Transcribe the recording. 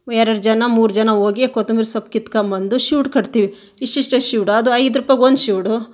ಎರಡು ಜನ ಮೂರು ಜನ ಹೋಗಿ ಕೊತ್ತಂಬ್ರಿ ಸೊಪ್ಪು ಕಿತ್ಕೋಬಂದು ಶಿವ್ಡು ಕಟ್ತೀವಿ ಇಷ್ಟಿಷ್ಟೆ ಶಿವ್ಡು ಅದು ಐದು ರುಪಾಯಿಗೆ ಒಂದು ಶಿವುಡು